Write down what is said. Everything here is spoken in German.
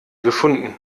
gefunden